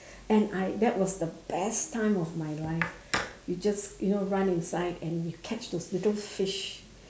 and I that was the best time of my life you just you know run inside and you catch those little fish